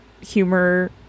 humor